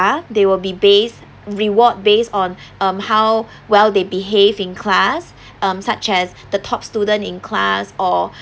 they will be base reward based on um how well they behave in class um such as the top student in class or